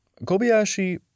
Kobayashi